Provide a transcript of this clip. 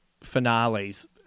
finales